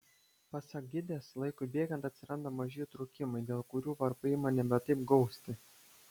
pasak gidės laikui bėgant atsiranda maži įtrūkimai dėl kurių varpai ima nebe taip gausti